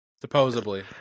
Supposedly